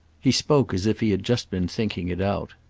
he spoke as if he had just been thinking it out.